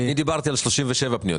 אני דיברתי על 37 פניות.